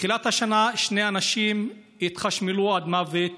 מתחילת השנה שני אנשים התחשמלו למוות